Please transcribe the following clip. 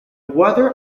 weather